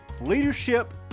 Leadership